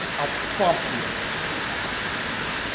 i'll prompt you. like, the trash in the